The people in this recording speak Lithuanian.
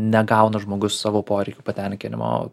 negauna žmogus savo poreikių patenkinimo